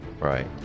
Right